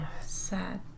sad